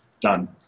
Done